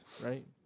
right